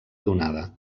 donada